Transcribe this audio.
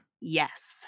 Yes